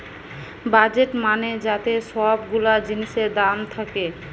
budget মানে যাতে সব গুলা জিনিসের দাম থাকে